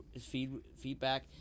feedback